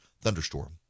Thunderstorm